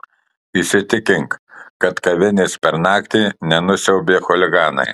įsitikink kad kavinės per naktį nenusiaubė chuliganai